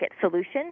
solution